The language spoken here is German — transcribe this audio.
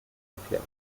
erklärt